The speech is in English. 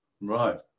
Right